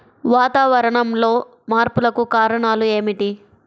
వాతావరణంలో మార్పులకు కారణాలు ఏమిటి?